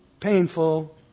painful